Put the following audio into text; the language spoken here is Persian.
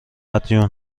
مدیون